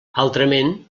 altrament